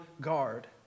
guard